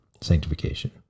sanctification